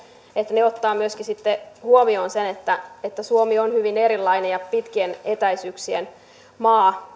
ne ottavat myöskin huomioon sen että että suomi on hyvin erilainen ja pitkien etäisyyksien maa